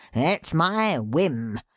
it's my whim.